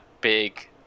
big